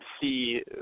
see